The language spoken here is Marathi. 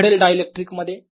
काय घडेल डायइलेक्ट्रिक मध्ये